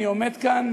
אני עומד כאן